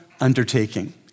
undertaking